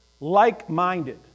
like-minded